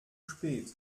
spät